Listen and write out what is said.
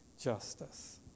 justice